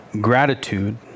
gratitude